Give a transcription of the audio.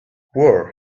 war